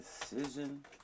decision